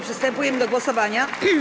Przystępujemy do głosowania.